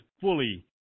fully